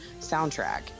soundtrack